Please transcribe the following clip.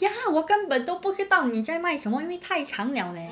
ya 我根本都不知道你在卖什么因为太长 liao leh